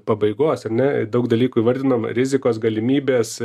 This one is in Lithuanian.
pabaigos ar ne daug dalykų įvardinom rizikos galimybės